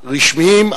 הרשמיים,